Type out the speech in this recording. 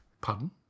Pardon